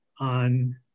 on